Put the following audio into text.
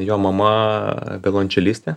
jo mama violončelistė